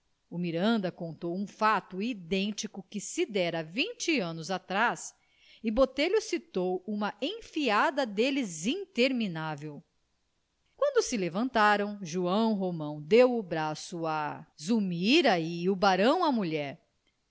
miranda contou um fato idêntico que se dera vinte anos atrás e botelho citou uma enfiada deles interminável quando se levantaram joão romão deu o braço a zulmira e o barão à mulher